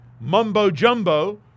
mumbo-jumbo